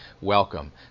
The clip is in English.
welcome